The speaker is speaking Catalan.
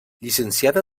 llicenciada